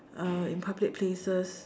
uh in public places